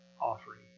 offering